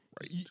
right